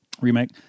Remake